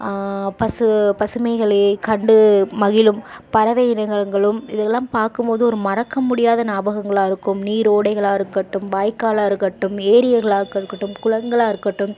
பசு பசுமைகளை கண்டு மகிழும் பறவை இனங்கங்களும் இதுகளெலாம் பார்க்கும்போது ஒரு மறக்க முடியாத ஞாபகங்களாக இருக்கும் நீரோடைகளாக இருக்கட்டும் வாய்க்காலாக இருக்கட்டும் ஏரிகளாக இருக்கட்டும் குளங்களாக இருக்கட்டும்